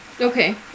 Okay